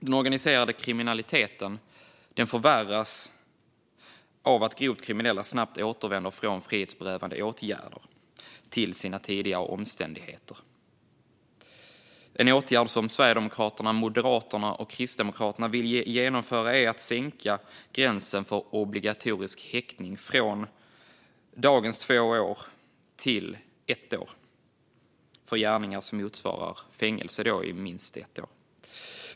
Den organiserade kriminaliteten förvärras av att grovt kriminella snabbt återvänder från frihetsberövande åtgärder till sina tidigare omständigheter. En åtgärd som Sverigedemokraterna, Moderaterna och Kristdemokraterna vill genomföra är att sänka straffvärdet för gärningar som leder till obligatorisk häktning från dagens två år till ett år.